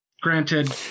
Granted